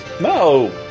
No